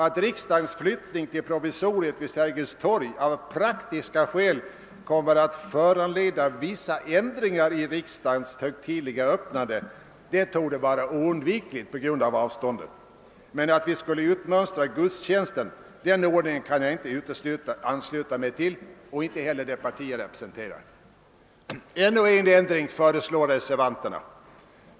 Att riksdagens flyttning nästa år till provisoriet vid Sergels torg av praktiska skäl kommer att föranleda vissa ändringar i riksdagens högtidliga öppnande torde vara oundvikligt. Men uppfattningen att vi skulle utmönstra gudstjänsten kan jag inte ansluta mig till. Det kan inte heller det parti jag representerar. Reservanterna föreslår ännu en ändring.